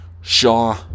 Shaw